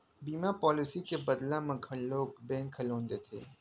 बीमा पॉलिसी के बदला म घलोक बेंक ह लोन देथे